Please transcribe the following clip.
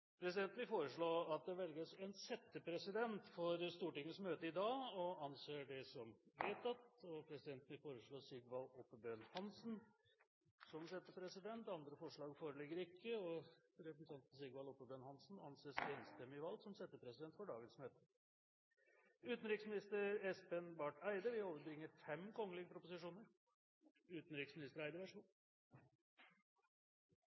Presidenten vil foreslå at det velges en settepresident for Stortingets møte i dag – og anser det som vedtatt. Presidenten vil foreslå Sigvald Oppebøen Hansen. – Andre forslag foreligger ikke, og Sigvald Oppebøen Hansen anses enstemmig valgt som settepresident for dagens møte. Før sakene på dagens kart tas opp til behandling, vil